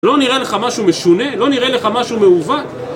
לא נראה לך משהו משונה? לא נראה לך משהו מעוות?